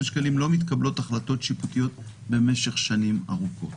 שקלים לא מתקבלות החלטות שיפוטיות במשך שנים ארוכות.